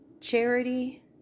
charity